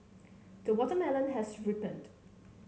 the watermelon has ripened